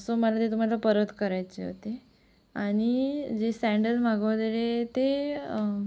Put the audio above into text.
so मला ते तुम्हाला परत करायचे होते आणि जे सॅंडल मागवलेले ते